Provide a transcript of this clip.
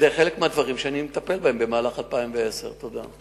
זה חלק מהדברים שאני מטפל בהם במהלך 2010. תודה.